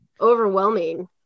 overwhelming